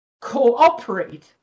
cooperate